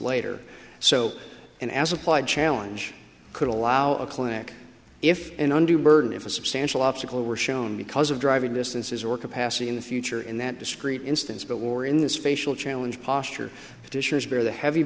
later so and as applied challenge could allow a clinic if an undue burden if a substantial obstacle were shown because of driving distances or capacity in the future in that discrete instance but war in this facial challenge posture the tissues bear the heavy